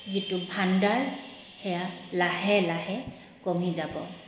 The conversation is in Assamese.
যিটো ভাণ্ডাৰ সেয়া লাহে লাহে কমি যাব